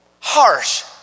harsh